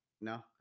No